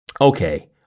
okay